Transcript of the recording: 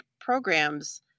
programs